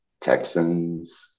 Texans